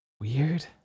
Weird